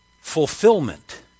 Fulfillment